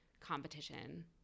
competition